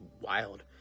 wild